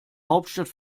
hauptstadt